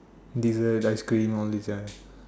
dessert ice cream all this ya